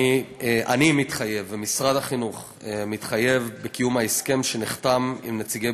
אני מתחייב ומשרד החינוך מתחייב בקיום ההסכם שנחתם עם נציגי